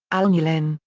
alnulin,